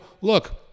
look